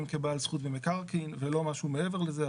כבעל זכות במקרקעין ולא משהו מעבר לזה.